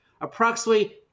approximately